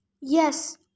Yes